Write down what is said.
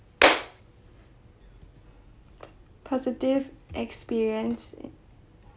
positive experience